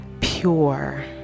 pure